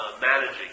managing